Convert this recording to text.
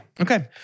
Okay